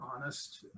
honest